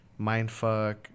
mindfuck